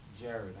Jared